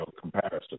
comparison